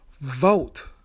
Vote